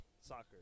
Soccer